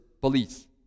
police